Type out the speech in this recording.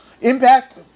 Impact